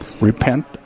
repent